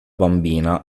bambina